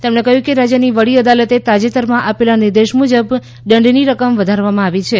તેમણે કહ્યું કે રાજ્યની વડી અદાલતે તાજેતરમાં આપેલા નિર્દેશ મુજબ દંડની રકમ વધારવામાં આવી છે